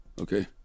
Okay